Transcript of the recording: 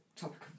topic